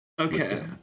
Okay